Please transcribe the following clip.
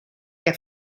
que